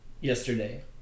Yesterday